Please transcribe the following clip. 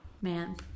Man